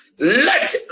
Let